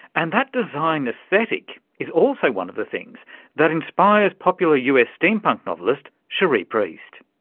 and that design aesthetic is also one of the things that inspires popular us steampunk novelist cherie priest.